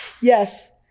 yes